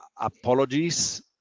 apologies